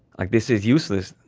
like this is useless.